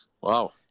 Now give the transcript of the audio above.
wow